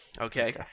okay